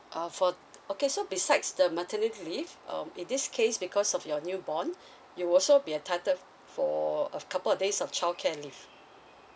uh for okay so besides the maternity leave um in this case because of your newborn you also be entitled f~ for a f~ couple of days of childcare leave